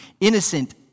innocent